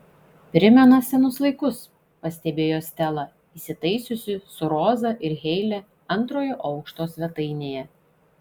primena senus laikus pastebėjo stela įsitaisiusi su roza ir heile antrojo aukšto svetainėje